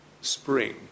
spring